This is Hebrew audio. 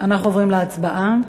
עוברים להצבעה.